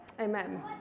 Amen